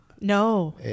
No